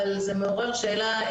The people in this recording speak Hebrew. אבל זה מעורר שאלה,